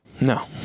No